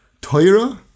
Torah